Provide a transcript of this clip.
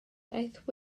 daeth